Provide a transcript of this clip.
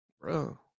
Bro